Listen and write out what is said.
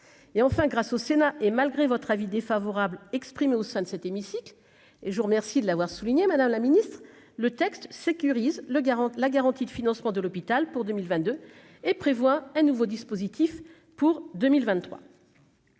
et enfin grâce au Sénat et malgré votre avis défavorable exprimée au sein de cet hémicycle et je vous remercie de l'avoir souligné, Madame la Ministre, le texte sécurise le garant, la garantie de financement de l'hôpital pour 2000 22 et prévoit un nouveau dispositif pour 2023